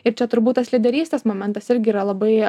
ir čia turbūt tas lyderystės momentas irgi yra labai